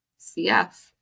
CF